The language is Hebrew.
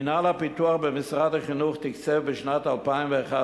מינהל הפיתוח במשרד החינוך תקצב בשנת 2011